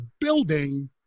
building